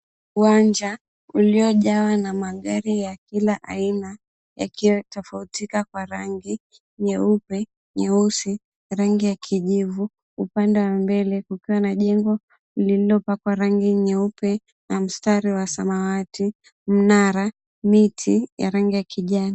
Uwanja uliojawa na magari ya kila aina yakiwa tofautika kwa rangi, nyeupe, nyeusi, rangi ya kijivu. Upande wa mbele kukiwa na jengo lililokuwa rangi nyeupe na mstari wa samawati, mnara, miti ya rangi ya kijani.